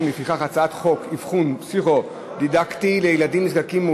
ההצעה להעביר את הצעת חוק אבחון פסיכו-דידקטי לילדים נזקקים,